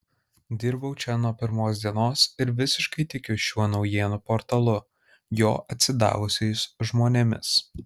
dirbau čia nuo pirmos dienos ir visiškai tikiu šiuo naujienų portalu jo atsidavusiais žmonėmis